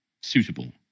suitable